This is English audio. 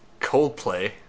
Coldplay